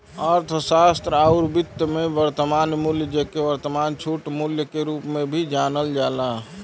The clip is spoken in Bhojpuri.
अर्थशास्त्र आउर वित्त में, वर्तमान मूल्य, जेके वर्तमान छूट मूल्य के रूप में भी जानल जाला